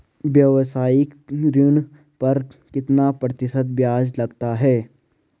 व्यावसायिक ऋण पर कितना प्रतिशत ब्याज लगता है?